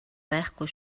байхгүй